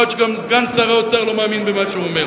עד שגם סגן שר האוצר לא מאמין במה שהוא אומר.